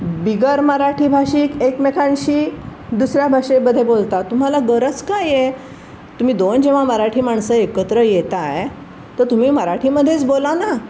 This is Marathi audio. बिगर मराठी भाषिक एकमेकांशी दुसऱ्या भाषेमध्ये बोलता तुम्हाला गरज काय आहे तुम्ही दोन जेव्हा मराठी माणसं एकत्र येत आहे तर तुम्ही मराठीमध्येच बोला ना